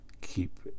keep